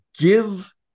give